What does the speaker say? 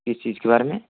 किस चीज़ के बारे में